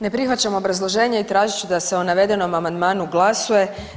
Ne prihvaćam obrazloženje i tražit ću da se o navedenom amandmanu glasuje.